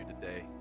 today